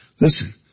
Listen